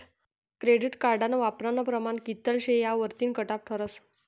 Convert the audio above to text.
credit कार्डना वापरानं प्रमाण कित्ल शे यावरतीन कटॉप ठरस